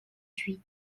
huit